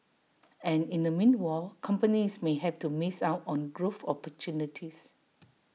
and in the meanwhile companies may have to miss out on growth opportunities